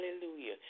Hallelujah